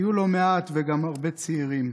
היו לא מעט, וגם הרבה צעירים.